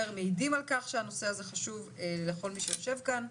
והמתאימים ביותר מעידים על כך שהנושא הזה חשוב לכל מי שיושב כאן.